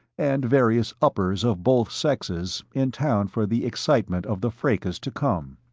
and various uppers of both sexes in town for the excitement of the fracas to come.